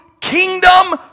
kingdom